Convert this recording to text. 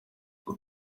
ngo